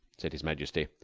said his majesty,